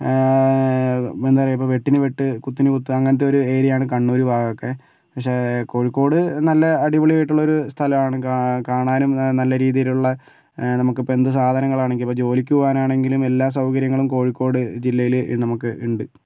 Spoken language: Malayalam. എന്താ പറയുക ഇപ്പോൾ വെട്ടിന് വെട്ട് കുത്തിന് കുത്ത് അങ്ങനത്തെ ഒരു ഏരിയയാണ് കണ്ണൂർ ഭാഗമൊക്കെ പക്ഷേ കോഴിക്കോട് നല്ല അടിപൊളി ആയിട്ടുള്ള ഒരു സ്ഥലമാണ് കാ കാണാനും നല്ല രീതിയിലുള്ള നമുക്കിപ്പോൾ എന്ത് സാധനങ്ങളാണെങ്കിലും ജോലിക്ക് പോകാനാണെങ്കിലും എല്ലാ സൗകര്യങ്ങളും കോഴിക്കോട് ജില്ലയില് നമുക്ക് ഉണ്ട്